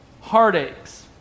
heartaches